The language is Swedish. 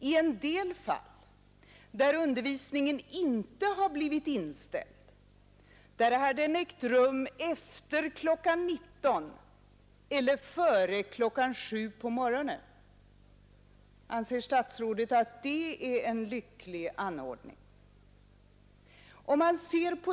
I en del fall, där undervisningen inte blivit inställd, har den ägt rum efter kl. 19 eller före kl. 7 på morgonen. Anser statsrådet att det är en lycklig anordning?